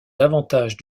davantage